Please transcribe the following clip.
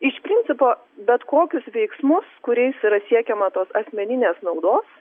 iš principo bet kokius veiksmus kuriais yra siekiama tos asmeninės naudos